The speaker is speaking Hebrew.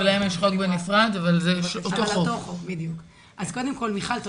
אז תודה לחברותי, ותודה לך.